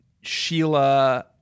Sheila